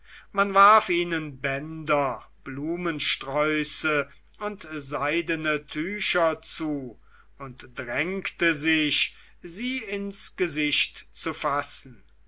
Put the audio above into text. man warf ihnen bänder blumensträuße und seidene tücher zu und drängte sich sie ins gesicht zu fassen